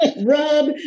Rub